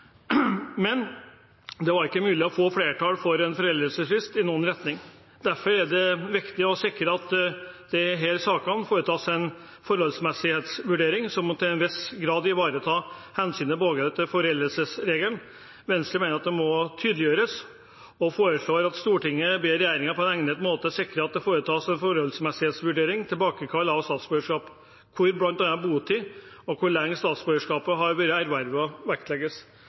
Men det var ikke mulig å få flertall for en foreldelsesfrist i noen retning. Derfor er det viktig å sikre at det i disse sakene foretas en forholdsmessighetsvurdering som til en viss grad ivaretar hensynet til foreldelsesregelen. Venstre mener at det må tydeliggjøres, og foreslår at Stortinget ber regjeringen om på en egnet måte å sikre at det foretas en forholdsmessighetsvurdering ved tilbakekall av statsborgerskap, hvor bl.a. botid og hvor lenge statsborgerskapet har vært ervervet, vektlegges.